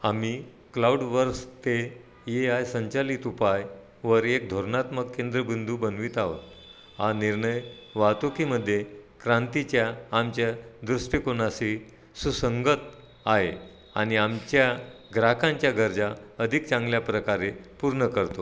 आम्ही क्लाऊड वर्स ते ए आय संचालित उपायवर एक धोरणात्मक केंद्र बिंदू बनवित आहोत हा निर्णय वाहतुकीमध्ये क्रांतीच्या आमच्या दृष्टिकोनाशी सुसंगत आहे आणि आमच्या ग्राहकांच्या गरजा अधिक चांगल्या प्रकारे पूर्ण करतो